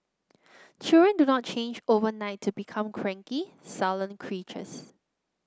children do not change overnight to become cranky sullen creatures